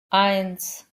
eins